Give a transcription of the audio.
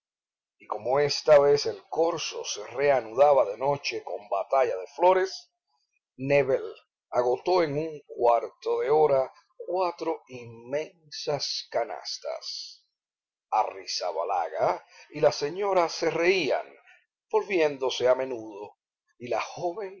y como esta vez el corso se reanudaba de noche con batalla de flores nébel agotó en un cuarto de hora cuatro inmensas canastas arrizabalaga y la señora se reían volviéndose a menudo y la joven